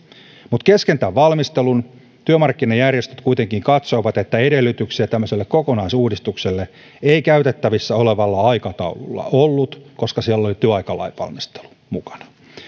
mutta kesken valmistelun työmarkkinajärjestöt kuitenkin katsoivat että edellytyksiä tämmöiselle kokonaisuudistukselle ei käytettävissä olevalla aikataululla ollut koska siellä oli työaikalain valmistelu mukana